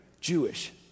Jewish